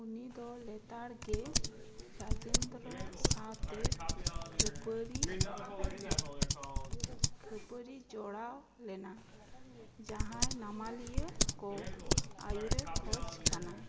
ᱩᱱᱤᱫᱚ ᱞᱮᱛᱟᱲ ᱜᱮ ᱨᱟᱡᱮᱱᱫᱨᱚ ᱥᱟᱶᱛᱮ ᱠᱷᱟ ᱯᱟ ᱨᱤ ᱠᱷᱟ ᱯᱟ ᱨᱤ ᱡᱚᱲᱟᱣ ᱞᱮᱱᱟ ᱡᱟᱦᱟᱸᱭ ᱱᱟᱢᱟᱞᱤᱭᱟ ᱠᱚ ᱟᱭᱩᱨᱮ ᱠᱷᱚᱡᱽ ᱠᱟᱱᱟ